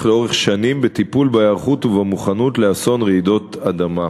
לאורך שנים בטיפול בהיערכות ובמוכנות לאסון רעידות אדמה".